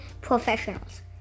Professionals